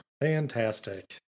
fantastic